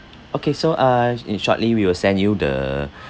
okay so uh in shortly we will send you the